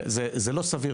זה לא סביר.